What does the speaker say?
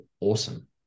awesome